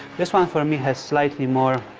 this one for me has slightly more,